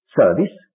service